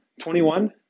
21